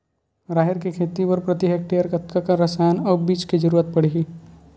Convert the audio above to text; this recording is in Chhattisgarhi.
राहेर के खेती बर प्रति हेक्टेयर कतका कन रसायन अउ बीज के जरूरत पड़ही?